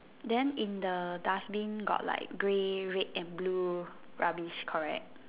then in the dustbin got like grey red and blue rubbish correct